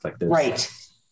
Right